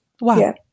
Wow